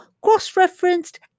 cross-referenced